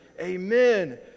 Amen